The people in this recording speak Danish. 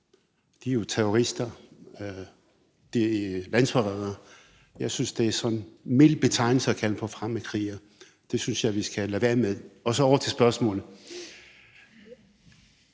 De er jo terrorister, de er landsforrædere. Jeg synes, det er sådan en mild betegnelse at kalde dem for fremmedkrigere. Det synes jeg vi skal lade være med. Så over til spørgsmålet.